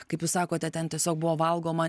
kaip jūs sakote ten tiesiog buvo valgoma